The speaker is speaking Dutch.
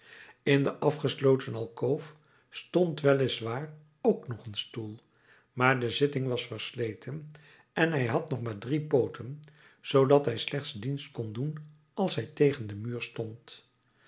in de afgesloten alkoof stond wel is waar ook nog een stoel maar de zitting was versleten en hij had nog maar drie pooten zoodat hij slechts dienst kon doen als hij tegen den muur stond